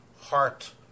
heart